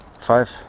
Five